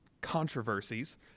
controversies